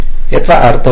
याचा अर्थ काय